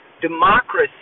democracy